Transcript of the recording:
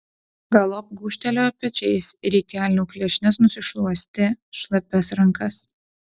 galop gūžtelėjo pečiais ir į kelnių klešnes nusišluostė šlapias rankas